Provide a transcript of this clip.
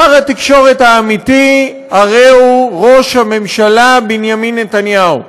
שר התקשורת האמיתי הרי הוא ראש הממשלה בנימין נתניהו,